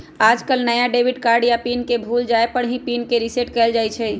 आजकल नया debit card या पिन के भूल जाये पर ही पिन के रेसेट कइल जाहई